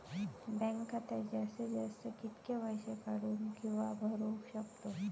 Bank खात्यात जास्तीत जास्त कितके पैसे काढू किव्हा भरू शकतो?